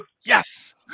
Yes